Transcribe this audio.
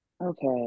okay